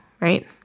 right